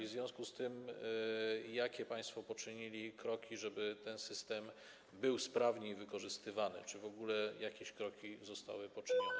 W związku z tym jakie państwo poczyniliście kroki, żeby ten system był sprawniej wykorzystywany, czy w ogóle jakieś kroki zostały poczynione?